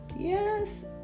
Yes